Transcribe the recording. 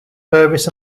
purvis